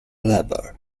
lever